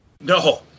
No